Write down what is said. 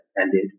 ended